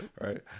Right